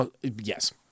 Yes